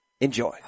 Enjoy